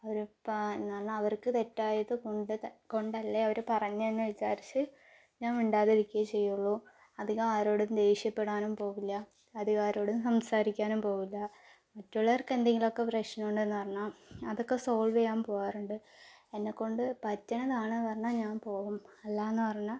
അവരിപ്പം എന്ന് പറഞ്ഞാൽ അവര്ക്ക് തെറ്റായത് കൊണ്ട് കൊണ്ടല്ലേ അവര് പറഞ്ഞതെന്ന് വിചാരിച്ച് ഞാന് മിണ്ടാതിരിക്കുകയേ ചെയ്യുള്ളൂ അധികം ആരോടും ദേഷ്യപ്പെടാനും പോകില്ല അധികം ആരോടും സംസാരിക്കാനും പോകില്ല മറ്റുള്ളവര്ക്ക് എന്തെങ്കിലുമൊക്കെ പ്രശ്നം ഉണ്ടെന്നു പറഞ്ഞാൽ അതൊക്കെ സോള്വ് ചെയ്യാന് പോകാറുണ്ട് എന്നെകൊണ്ട് പറ്റണതാണെന്ന് പറഞ്ഞാൽ ഞാന് പോവും അല്ലാന്നു പറഞ്ഞാൽ